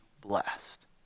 blessed